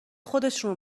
خودشون